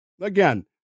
Again